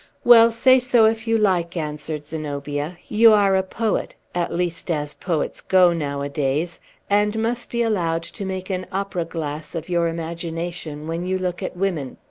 well, say so if you like, answered zenobia. you are a poet at least, as poets go nowadays and must be allowed to make an opera-glass of your imagination, when you look at women.